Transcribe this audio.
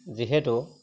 যিহেতু